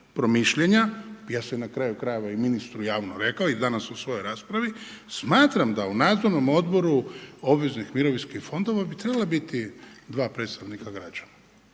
promišljanja, ja sam na kraju krajeva i ministru javno rekao i danas u svojoj raspravi, smatram da u nadzornom odboru obveznih mirovinskih fondova bi trebala biti 2 predstavnik građa.